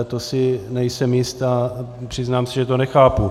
To si nejsem jist a přiznám se, že to nechápu.